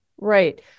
Right